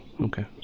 Okay